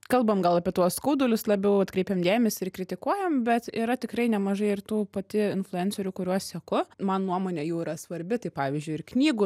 kalbam gal apie tuos skaudulius labiau atkreipiam dėmesį ir kritikuojam bet yra tikrai nemažai ir tų pati influencerių kuriuos seku man nuomonė jų yra svarbi tai pavyzdžiui ir knygų